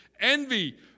envy